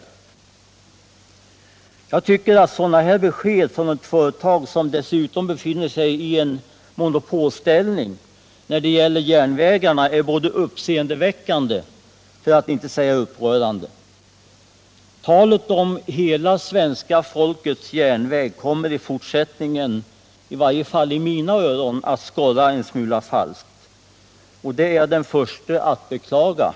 förbättra kollektiv Jag tycker att sådana här besked från ett företag, som dessutom befinner sig i monopolställning, är uppseendeväckande, för att inte säga upprörande. Talet om hela svenska folkets järnväg kommer i fortsättningen i varje fall i mina öron att skorra en smula falskt, och det är jag självfallet den förste att beklaga.